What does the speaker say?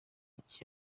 iki